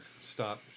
stop